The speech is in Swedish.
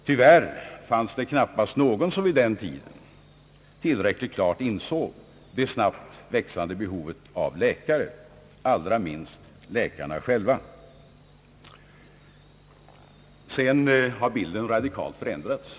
Tyvärr var det knappast någon, som vid den tiden tillräckligt klart insåg det snabbt växande behovet av läkare — allra minst läkarna själva. Bilden har sedan dess radikalt förändrats.